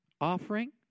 offering